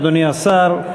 אדוני השר,